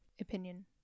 opinion